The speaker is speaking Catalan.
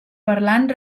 parlant